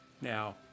Now